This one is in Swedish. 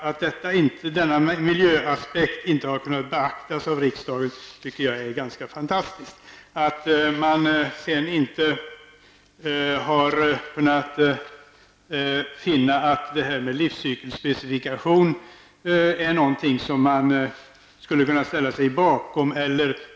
Att denna miljöaspekt inte har kunnat beaktas av riksdagen är något som jag tycker är ganska fantastiskt. Man har sedan funnit att detta med en livscykelspecifikation inte är något som man skulle kunna ställa sig bakom.